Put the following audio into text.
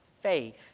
faith